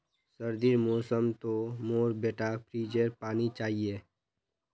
सर्दीर मौसम तो मोर बेटाक फ्रिजेर पानी चाहिए